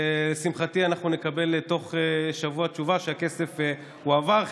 ולשמחתי אנחנו נקבל תוך שבוע תשובה שהכסף הועבר.